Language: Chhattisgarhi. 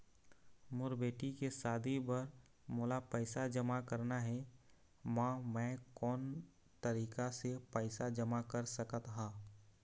मोर बेटी के शादी बर मोला पैसा जमा करना हे, म मैं कोन तरीका से पैसा जमा कर सकत ह?